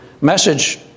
message